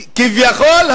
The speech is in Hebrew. כביכול,